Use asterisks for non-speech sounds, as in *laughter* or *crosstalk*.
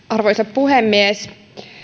*unintelligible* arvoisa puhemies